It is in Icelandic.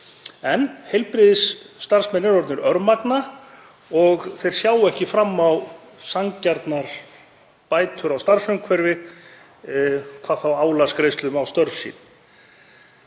en heilbrigðisstarfsmenn eru orðnir örmagna og þeir sjá ekki fram á sanngjarnar bætur á starfsumhverfi, hvað þá álagsgreiðslur á störf sín.